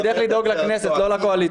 תפקידך לדאוג לכנסת, לא לקואליציה.